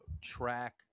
track